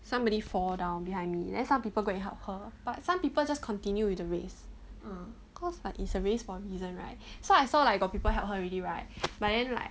somebody fall down behind me then some people go and help her but some people just continue with the race cause it's a race for a reason right so I saw like got people help her already right but then like